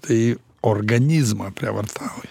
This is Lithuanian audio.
tai organizmą prievartauji